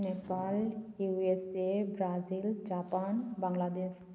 Nepal USA Brazil Nepal Bangladesh